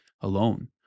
alone